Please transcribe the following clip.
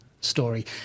story